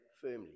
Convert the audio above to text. firmly